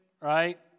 right